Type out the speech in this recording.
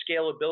scalability